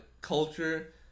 culture